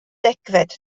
degfed